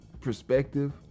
perspective